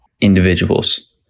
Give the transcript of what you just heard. individuals